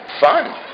Fun